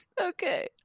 Okay